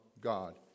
God